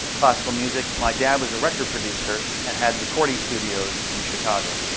ah classical music. my dad was a record producer and had recording studios in chicago.